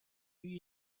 you